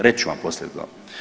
Reći ću vam poslije to.